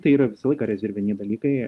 tai yra visą laiką rezerviniai dalykai